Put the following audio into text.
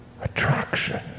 attraction